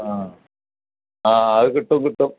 അ ആ അത് കിട്ടു കി ട്ടും